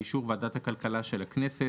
באישור ועדת הכלכלה של הכנסת,